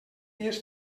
dies